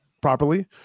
properly